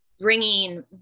bringing